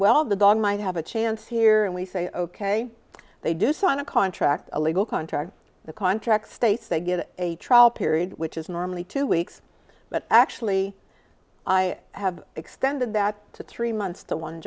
well the dog might have a chance here and we say ok they do sign a contract a legal contract the contract states they get a trial period which is normally two weeks but actually i have extended that to three months to one